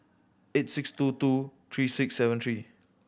eight six two two three six seven three